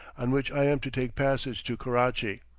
on which i am to take passage to karachi.